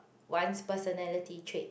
once personality trait